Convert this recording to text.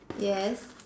yes